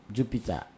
Jupiter